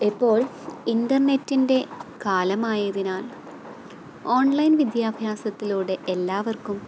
ഇപ്പോൾ ഇൻറ്റർനെറ്റിൻ്റെ കാലമായതിനാൽ ഓൺലൈൻ വിദ്യാഭ്യാസത്തിലൂടെ എല്ലാവർക്കും